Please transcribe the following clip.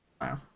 Wow